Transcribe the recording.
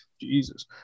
Jesus